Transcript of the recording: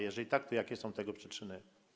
Jeżeli tak, to jakie są tego przyczyny?